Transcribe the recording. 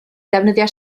defnyddio